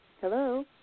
Hello